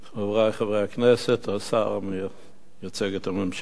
חברי חברי הכנסת, השר המייצג את הממשלה נאמן,